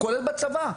כולל בצבא.